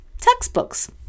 textbooks